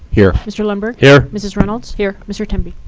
here. mr. lundberg. here. mrs. reynolds. here. mr. temby.